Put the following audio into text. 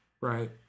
Right